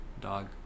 dog